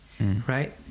right